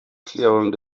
klärung